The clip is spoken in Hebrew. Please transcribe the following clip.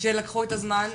שלקחו את הזמן,